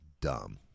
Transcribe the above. dumb